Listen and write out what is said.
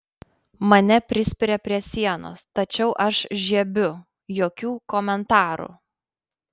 mane prispiria prie sienos tačiau aš žiebiu jokių komentarų